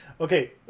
okay